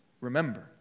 remember